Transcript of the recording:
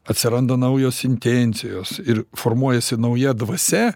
atsiranda naujos intencijos ir formuojasi nauja dvasia